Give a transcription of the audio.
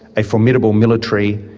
a formidable military,